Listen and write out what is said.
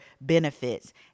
benefits